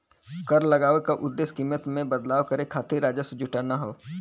कर लगाये क उद्देश्य कीमत में बदलाव करे खातिर राजस्व जुटाना हौ